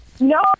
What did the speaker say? No